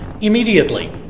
immediately